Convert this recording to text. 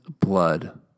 blood